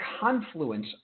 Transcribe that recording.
confluence